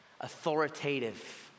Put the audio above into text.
authoritative